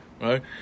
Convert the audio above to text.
right